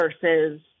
versus